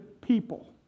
people